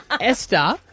Esther